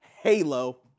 Halo